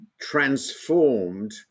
transformed